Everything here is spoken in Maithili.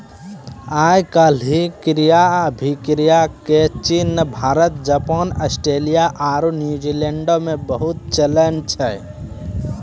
आइ काल्हि क्रय अभिक्रय के चीन, भारत, जापान, आस्ट्रेलिया आरु न्यूजीलैंडो मे बहुते चलन छै